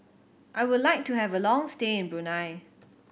I would like to have a long stay in Brunei